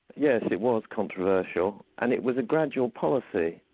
yeah it it was controversial, and it was a gradual policy.